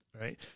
right